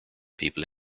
people